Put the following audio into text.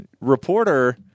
reporter